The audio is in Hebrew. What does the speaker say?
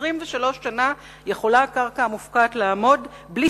23 שנה יכולה קרקע מופקעת לעמוד בלי